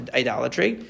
idolatry